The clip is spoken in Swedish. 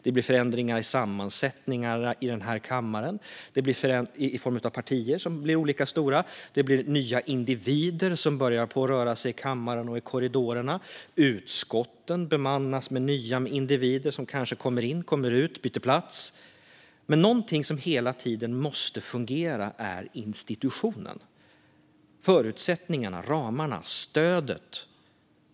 Det blir förändringar i sammansättningen i den här kammaren i form av att partier blir olika stora. Det blir nya individer som börjar röra sig i kammaren och korridorerna. Utskotten bemannas med nya individer som kanske kommer in, kommer ut och byter plats. Men någonting som hela tiden måste fungera är institutionen, med förutsättningarna, ramarna och stödet.